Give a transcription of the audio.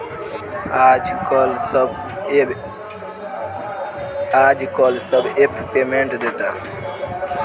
आजकल सब app payment देता